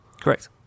Correct